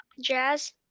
jazz